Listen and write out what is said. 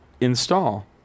install